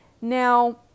NOW